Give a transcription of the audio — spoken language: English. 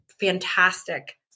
fantastic